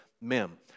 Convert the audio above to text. Mem